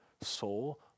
soul